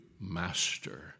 master